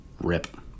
Rip